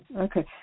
Okay